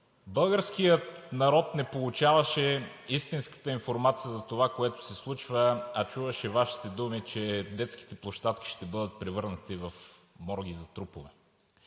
Българският народ не получаваше истинската информация за това, което се случва, а чуваше Вашите думи, че детските площадки ще бъдат превърнати в морги за трупове.